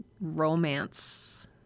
romance